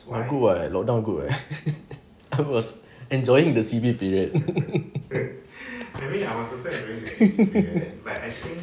good [what] lockdown good [what] I was enjoying the C_B period